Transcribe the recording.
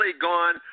gone